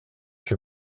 que